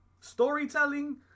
storytelling